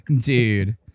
Dude